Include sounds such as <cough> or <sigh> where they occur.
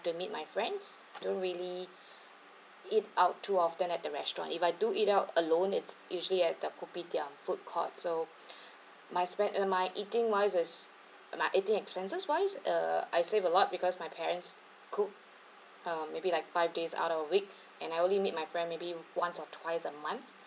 to meet my friends don't really <breath> eat out too often at the restaurant if I do eat out alone it's usually at the Kopitiam food court so <breath> my spend uh my eating wise is my eating expenses wise uh I save a lot because my parents cooked uh maybe like five days out of a week <breath> and I only meet my friend maybe like once or twice a month